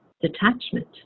detachment